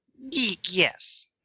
Yes